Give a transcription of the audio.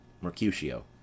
mercutio